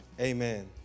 Amen